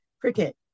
cricket